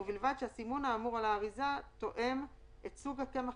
ובלבד שהסימון האמור על האריזה תואם את סוג הקמח